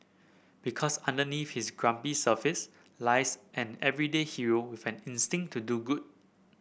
because underneath his grumpy surface lies an everyday hero with an instinct to do good